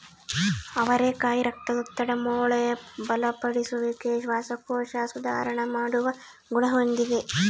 ಅವರೆಕಾಯಿ ರಕ್ತದೊತ್ತಡ, ಮೂಳೆ ಬಲಪಡಿಸುವಿಕೆ, ಶ್ವಾಸಕೋಶ ಸುಧಾರಣ ಮಾಡುವ ಗುಣ ಹೊಂದಿದೆ